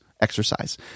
exercise